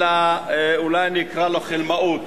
אלא אולי אני אקרא לו חלמאות.